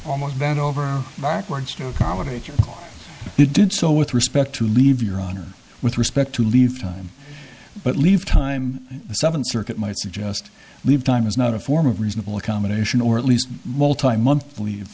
almost bent over backwards to accommodate you he did so with respect to leave your honor with respect to leave time but leave time seven circuit might suggest leave time is not a form of reasonable accommodation or at least multimode believe